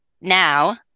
Now